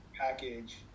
package